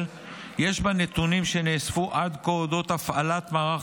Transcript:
יש בנתונים שנאספו עד כה על אודות הפעלת מערך